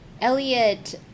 Elliot